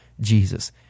Jesus